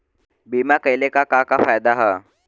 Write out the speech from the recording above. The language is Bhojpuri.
बीमा कइले का का फायदा ह?